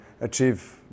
achieve